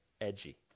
edgy